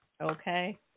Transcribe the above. Okay